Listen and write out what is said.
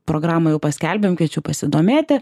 programą jau paskelbėm kviečiu pasidomėti